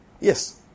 Yes